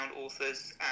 authors